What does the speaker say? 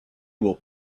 will